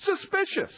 Suspicious